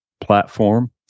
platform